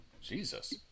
Jesus